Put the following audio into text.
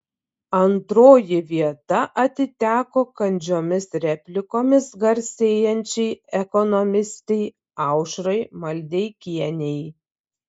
antroji vieta atiteko kandžiomis replikomis garsėjančiai ekonomistei aušrai maldeikienei